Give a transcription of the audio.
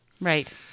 Right